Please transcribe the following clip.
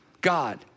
God